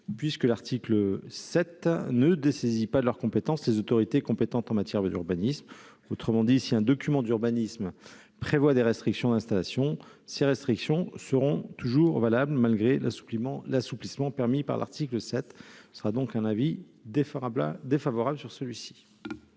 puisque l'article 7 ne dessaisit pas de leurs compétences les autorités compétentes en matière d'urbanisme. Autrement dit, si un document d'urbanisme prévoit des restrictions d'installation, ces restrictions seront toujours valables, malgré l'assouplissement permis par l'article. L'avis de la commission